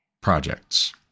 projects